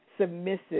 submissive